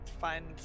find